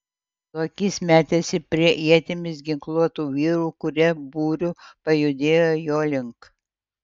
lokys metėsi prie ietimis ginkluotų vyrų kurie būriu pajudėjo jo link